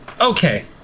Okay